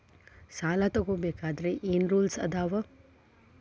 ಸಾಲ ತಗೋ ಬೇಕಾದ್ರೆ ಏನ್ ರೂಲ್ಸ್ ಅದಾವ?